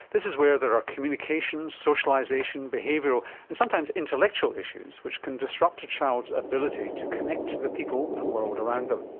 this is where there are communication, socialisation, behavioural and sometimes intellectual issues which can disrupt a child's ability to connect to the people and world around them.